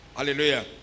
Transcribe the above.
Hallelujah